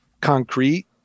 concrete